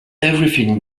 everything